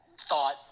thought